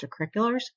extracurriculars